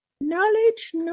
Knowledge